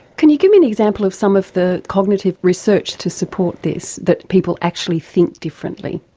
can you give me an example of some of the cognitive research to support this that people actually think differently?